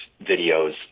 videos